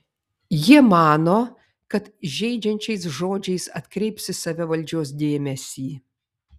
jie mano kad žeidžiančiais žodžiais atkreips į save valdžios dėmesį